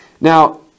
Now